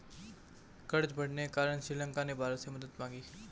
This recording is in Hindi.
कर्ज बढ़ने के कारण श्रीलंका ने भारत से मदद मांगी